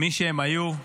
מי שהם היו.